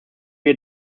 wir